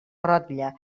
rotlle